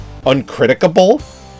Uncriticable